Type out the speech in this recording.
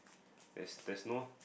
there's there's no